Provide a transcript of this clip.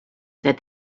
that